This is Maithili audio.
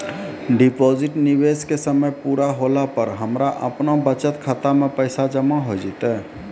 डिपॉजिट निवेश के समय पूरा होला पर हमरा आपनौ बचत खाता मे पैसा जमा होय जैतै?